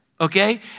Okay